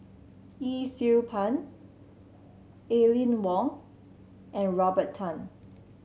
Yee Siew Pun Aline Wong and Robert Tan